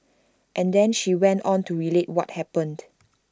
and then she went on to relate what happened